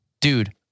Dude